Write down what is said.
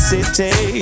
City